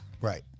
Right